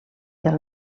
del